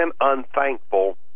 unthankful